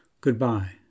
Goodbye